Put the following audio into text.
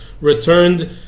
returned